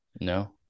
No